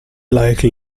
like